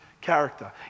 character